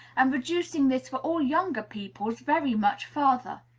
and reducing this for all younger pupils very much further